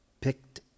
picked